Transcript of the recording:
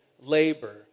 labor